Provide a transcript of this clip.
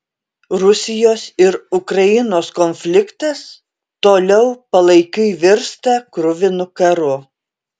rusijos ir ukrainos konfliktas toliau palaikiui virsta kruvinu karu